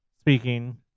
speaking